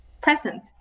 present